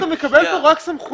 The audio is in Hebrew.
אתה מקבל כאן רק סמכויות.